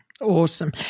Awesome